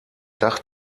dach